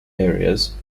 areas